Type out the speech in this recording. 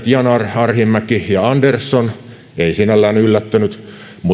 yanar arhinmäki ja andersson ei sinällään yllättänyt